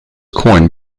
coined